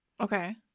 okay